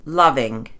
loving